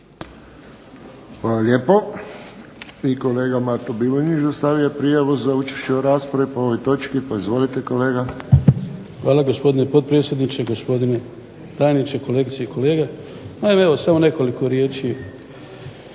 Hvala lijepo. I kolega Mato Bilonjić dostavio je prijavu za učešće u raspravi po ovoj točki pa izvolite kolega. **Bilonjić, Mato (HDZ)** Hvala, gospodine potpredsjedniče. Gospodine tajniče, kolegice i kolege. Naime evo, samo nekoliko riječi.